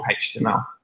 HTML